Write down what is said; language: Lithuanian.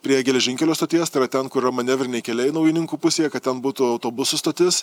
prie geležinkelio stoties tai yra ten kur manevriniai keliai naujininkų pusėje kad ten būtų autobusų stotis